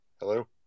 Hello